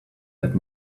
that